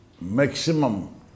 maximum